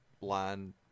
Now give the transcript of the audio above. line